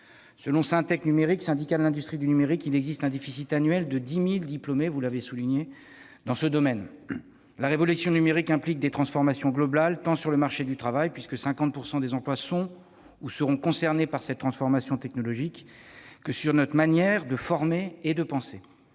selon Syntec Numérique, syndicat de l'industrie du numérique, il existe un déficit annuel de 10 000 diplômés dans ce domaine. La révolution numérique implique des transformations globales, tant du marché du travail, puisque 50 % des emplois sont ou seront concernés par cette transformation technologique, que de notre manière de former et de penser.